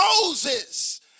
Moses